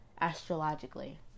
astrologically